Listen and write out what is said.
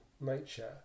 nature